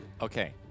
Okay